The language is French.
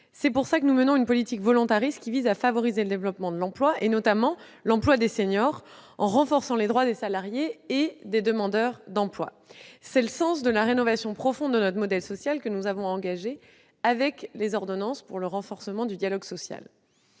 C'est pour cela que nous menons une politique volontariste, qui vise à favoriser le développement de l'emploi, notamment l'emploi des seniors, en renforçant les droits des salariés et des demandeurs d'emploi. C'est le sens de la rénovation profonde de notre modèle social que nous avons engagée avec les ordonnances pour le renforcement du dialogue social.